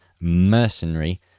mercenary